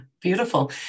Beautiful